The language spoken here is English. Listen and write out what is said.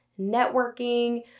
networking